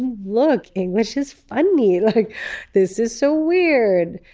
look, english is funny, like this is so weird.